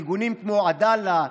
ארגונים כמו עדאלה,